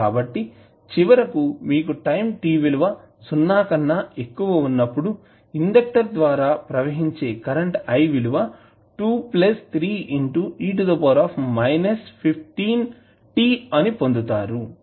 కాబట్టి చివరకు మీకు టైం t విలువ సున్నా కన్నా ఎక్కువ వున్నప్పుడు ఇండక్టర్ ద్వారా ప్రవహించే కరెంట్ I విలువ అని పొందుతారు